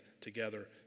together